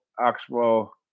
Oxbow